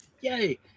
yay